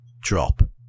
drop